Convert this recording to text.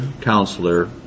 Counselor